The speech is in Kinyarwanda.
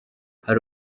hari